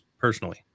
personally